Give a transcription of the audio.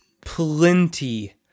plenty